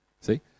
See